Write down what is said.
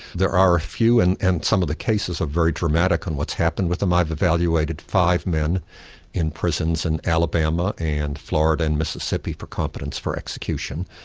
there are a few and and some of the cases are very dramatic in what's happened to them. i've evaluated five men in prisons in alabama and florida and mississippi for competence for execution.